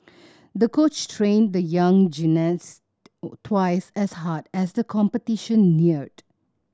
the coach trained the young gymnast twice as hard as the competition neared